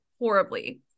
horribly